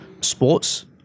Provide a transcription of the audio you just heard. sports